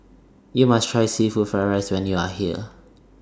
YOU must Try Seafood Fried Rice when YOU Are here